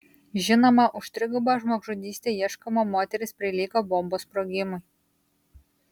žinoma už trigubą žmogžudystę ieškoma moteris prilygo bombos sprogimui